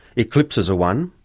eclipses are one,